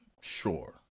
Sure